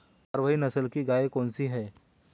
भारवाही नस्ल की गायें कौन सी हैं?